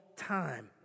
Time